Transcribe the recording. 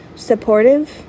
supportive